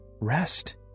rest